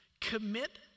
commit